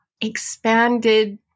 expanded